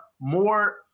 more